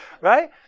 right